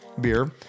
Beer